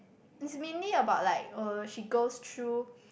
is mainly about like uh she goes through